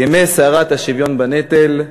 ימי סערת השוויון בנטל,